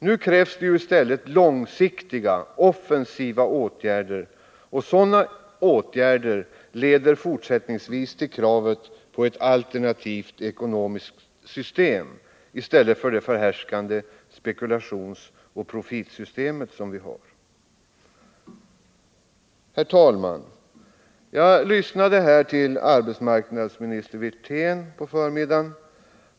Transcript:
Nu krävs i stället långsiktiga, offensiva åtgärder. Sådana åtgärder leder fortsättningsvis till kravet på ett alternativt ekonomiskt system i stället för det förhärskande spekulationsoch profitsystemet. Herr talman! Jag lyssnade till vad arbetsmarknadsminister Rolf Wirtén sade på förmiddagen.